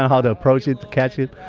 ah how to approach it to catch it.